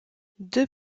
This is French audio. deux